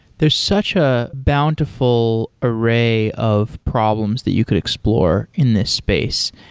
there's such a bountiful array of problems that you could explore in this space,